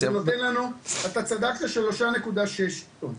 זה נותן לנו, אתה צדקת כ-3.6 טון.